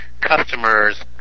customers